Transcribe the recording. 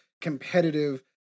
competitive